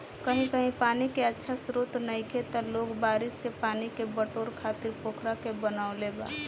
कही कही पानी के अच्छा स्त्रोत नइखे त लोग बारिश के पानी के बटोरे खातिर पोखरा के बनवले बा